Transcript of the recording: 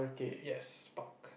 yes park